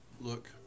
look